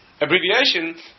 abbreviation